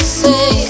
say